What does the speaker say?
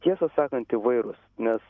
tiesą sakant įvairūs nes